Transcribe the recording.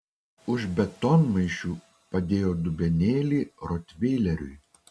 už betonmaišių padėjo dubenėlį rotveileriui